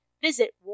visit